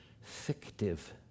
fictive